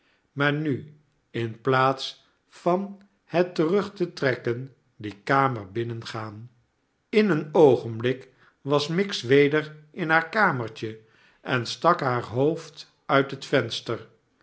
maar nu in plaats van het terug te trekken die kamer binnengaan in een oogenbgk was miggs weder in haar kamertje en stak haar hoofd uit het venster